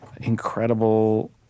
incredible